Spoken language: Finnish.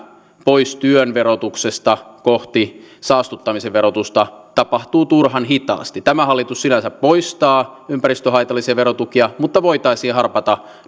pois työn verotuksesta kohti saastuttamisen verotusta tapahtuu turhan hitaasti tämä hallitus sinänsä poistaa ympäristöhaitallisia verotukia mutta voitaisiin harpata